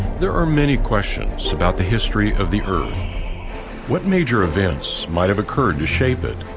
there are many questions about the history of the earth what major events might have occurred to shape it?